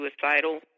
suicidal